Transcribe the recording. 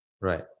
Right